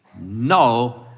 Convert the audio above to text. no